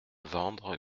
vendre